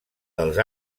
dels